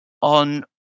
on